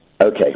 Okay